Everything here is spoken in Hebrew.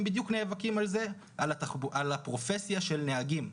הם בדיוק נאבקים על הפרופסיה של נהגים.